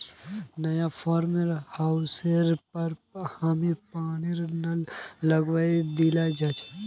नया फार्म हाउसेर पर हामी पानीर नल लगवइ दिल छि